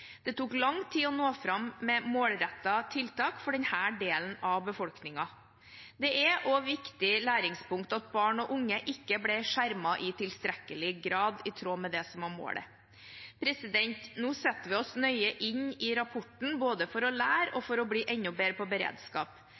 Det tok lang tid å nå fram med målrettede tiltak for denne delen av befolkningen. Det er også et viktig læringspunkt at barn og unge ikke ble skjermet i tilstrekkelig grad, i tråd med det som var målet. Nå skal vi sette oss nøye inn i rapporten – både for å lære og for å bli enda bedre på beredskap.